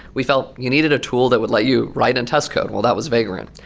we felt you needed a tool that would let you write and test code. well, that was vagrant.